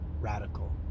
radical